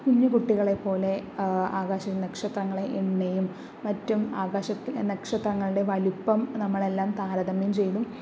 കുഞ്ഞുകുട്ടികളെ പോലെ ആകാശവും നക്ഷത്രങ്ങളെ എണ്ണിയും മറ്റും ആകാശത്തിൽ നക്ഷത്രങ്ങളുടെ വലുപ്പം നമ്മളെല്ലാം താരതമ്യം ചെയ്തും